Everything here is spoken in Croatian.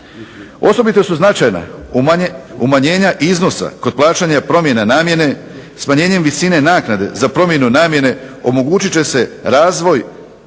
Osobito su značajna umanjenja iznosa kod plaćanja promjena namjene, smanjenjem visine naknade za promjenu namjene omogućit će se razvoj